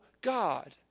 God